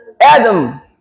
Adam